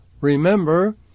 Remember